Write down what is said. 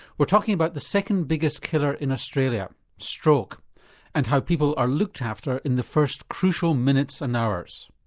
we're talking about the second biggest killer in australia stroke and how people are looked after in the first crucial minutes and hours.